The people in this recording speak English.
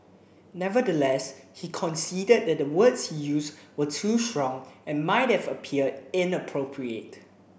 nevertheless he conceded that the words he used were too strong and might have appeared inappropriate